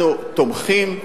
אנחנו תומכים,